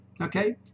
Okay